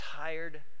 tired